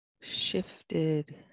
shifted